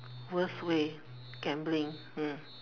worst way gambling